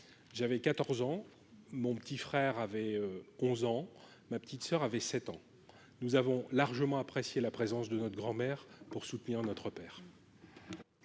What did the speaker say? J'avais 14 ans ; mon petit frère 11 ans ; ma petite soeur 7 ans. Nous avons largement apprécié la présence de notre grand-mère pour soutenir notre père.